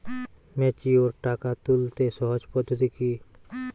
Mature টাকা তুলতে সহজ পদ্ধতি কি?